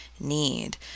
need